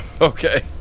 Okay